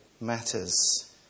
matters